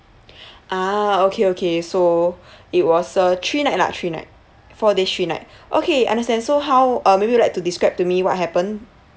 ah okay okay so it was a three night lah three night four day three night okay understand so how uh maybe you'd like to describe to me what happen